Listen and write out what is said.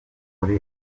muri